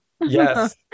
Yes